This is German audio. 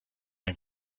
ein